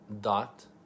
dot